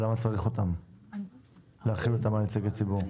למה צריך להחיל אותם על נציגי ציבור?